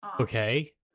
Okay